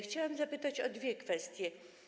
Chciałabym zapytać o dwie kwestie.